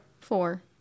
Four